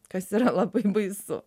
kas yra labai baisu